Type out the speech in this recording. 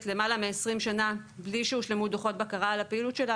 יותר מ-20 שנה בלי שהושלמו דוחות בקרה על הפעילות שלה,